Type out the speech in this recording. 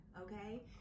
okay